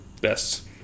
best